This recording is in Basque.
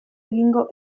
egingo